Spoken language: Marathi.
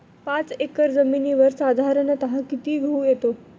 पाच एकर जमिनीवर साधारणत: किती गहू येतो?